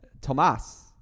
Tomas